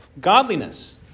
Godliness